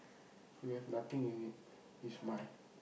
you have nothing in it it's mine